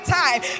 time